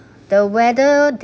the weather